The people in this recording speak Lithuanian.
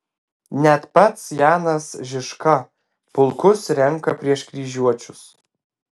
net pats janas žižka pulkus renka prieš kryžiuočius